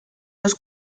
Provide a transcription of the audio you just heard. los